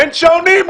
אין שעונים.